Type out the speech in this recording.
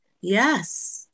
yes